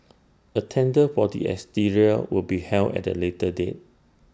A tender for the exterior will be held at A later date